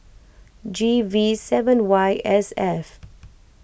G V seven Y S F